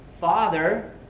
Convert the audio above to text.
father